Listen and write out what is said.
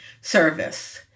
service